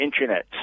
Internet